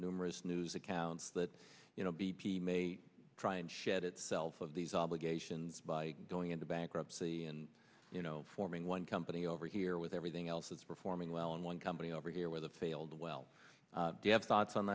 numerous news accounts that you know b p may try and shed itself of these obligations by going into bankruptcy and you know forming one company over here with everything else that's performing well in one company over here where the failed well you have thoughts on